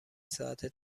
ساعته